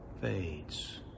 fades